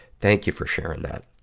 thank you for sharing that.